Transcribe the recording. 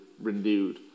renewed